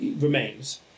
remains